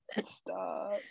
Stop